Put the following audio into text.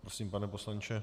Prosím, pane poslanče.